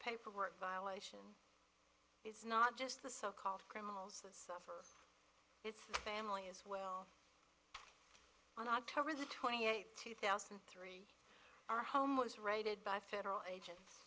paperwork violation it's not just the so called criminals suffer it's the family as well on october the twenty eighth two thousand and three our home was raided by federal agents